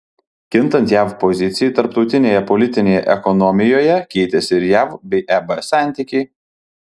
kintant jav pozicijai tarptautinėje politinėje ekonomijoje keitėsi ir jav bei eb santykiai